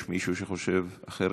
יש מישהו שחושב אחרת?